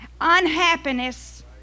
unhappiness